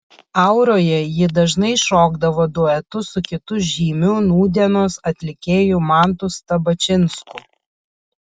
auroje ji dažnai šokdavo duetu su kitu žymiu nūdienos atlikėju mantu stabačinsku